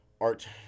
art